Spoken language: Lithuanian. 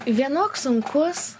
vienok sunkus